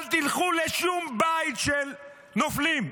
אל תלכו לשום בית של נופלים.